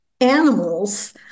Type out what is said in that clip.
animals